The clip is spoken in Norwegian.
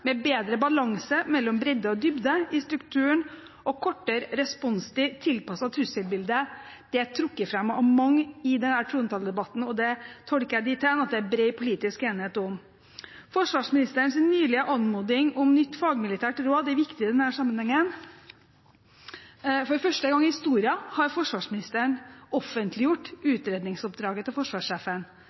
med bedre balanse mellom bredde og dybde i strukturen og kortere responstid tilpasset trusselbildet er trukket fram av mange i denne trontaledebatten, og det tolker jeg dit hen at det er bred politisk enighet om dette. Forsvarsministerens nylige anmodning om nytt fagmilitært råd er viktig i denne sammenhengen. For første gang i historien har forsvarsministeren offentliggjort utredningsoppdraget til forsvarssjefen,